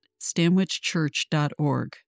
stanwichchurch.org